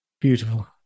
Beautiful